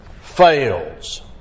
fails